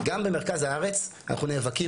גם במרכז הארץ אנחנו נאבקים.